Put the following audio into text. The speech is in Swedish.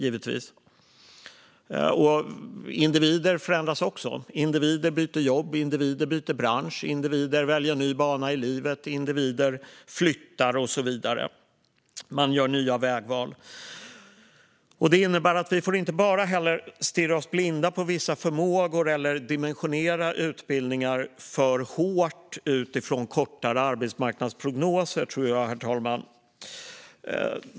Individer förändras också. Individer byter jobb eller bransch, tar en ny bana i livet, gör nya vägval, flyttar och så vidare. Det innebär att vi inte får stirra oss blinda på vissa förmågor eller dimensionera utbildningar för hårt utifrån kortare arbetsmarknadsprognoser.